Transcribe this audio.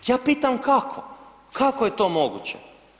Ja pitam kako, kako je to moguće.